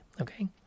okay